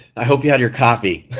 i hope you had your coffee.